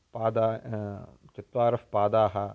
पादाः चत्वारः पादाः